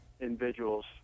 individuals